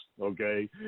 okay